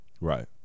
Right